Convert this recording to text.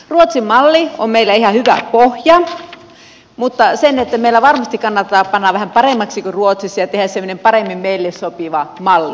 ruotsin malli on meillä ihan hyvä pohja mutta meillä varmasti kannattaa panna vähän paremmaksi kuin ruotsissa ja tehdä semmoinen paremmin meille sopiva malli